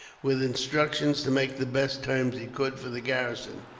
with instructions to make the best terms he could for the garrison.